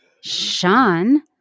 Sean